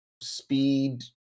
speed